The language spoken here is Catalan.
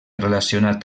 relacionat